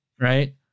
right